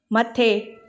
मथे